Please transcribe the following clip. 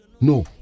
No